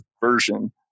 version